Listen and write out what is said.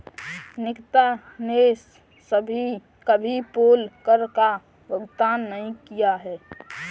निकिता ने कभी पोल कर का भुगतान नहीं किया है